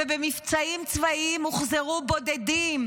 ובמבצעים צבאיים הוחזרו בודדים,